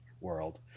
world